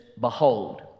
Behold